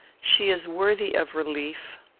she is worthy of relief.